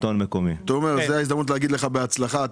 זאת ההזדמנות לומר לך בהצלחה.